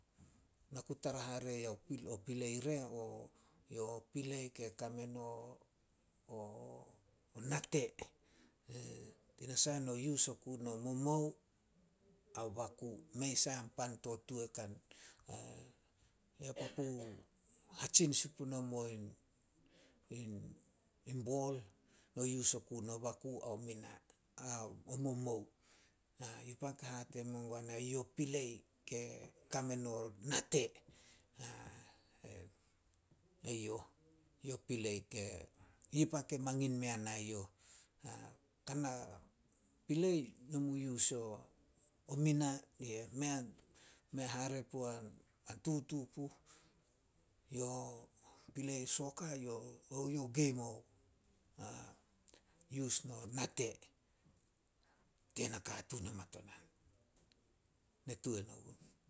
Na ku tara hara yo pilei re o pilei ke kame no- o nate. Tanasah no yus oku no momou ao baku. Mei sai an pan to tuo kan no yus oku no baku ao mina, o momou. Yo pan ke hate mengua na, yo pilei ke kame no nate. Yi pan ke mangin me yana eyouh. Kana pilei no mu yus o mina, an tutu puh. O pilei soka yo game yus mao nate tei nakatuun a matonan. Ne tuan ogun.